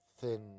thin